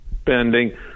spending